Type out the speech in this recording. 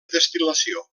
destil·lació